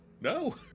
No